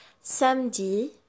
Samedi